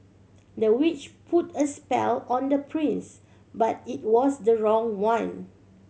the witch put a spell on the prince but it was the wrong one